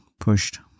pushed